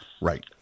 Right